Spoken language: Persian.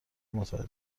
متوجه